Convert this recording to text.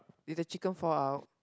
did the chicken fall out